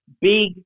big